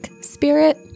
spirit